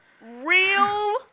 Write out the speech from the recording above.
real